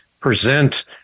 present